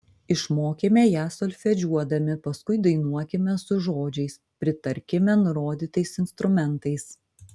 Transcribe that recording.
išmokime ją solfedžiuodami paskui dainuokime su žodžiais pritarkime nurodytais instrumentais